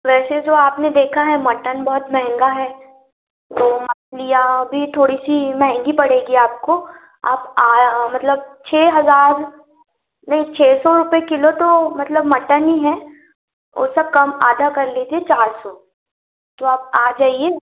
वैसे जो आपने देखा है मटन बहुत महँगा है तो मछलियाँ भी थोड़ी सी महँगी पड़ेगी आपको आप मतलब छः हज़ार नहीं छः सौ रुपए किलो तो मतलब मटन ही है उसका कम आधा कर लीजिए चार सौ तो आप आ जाइए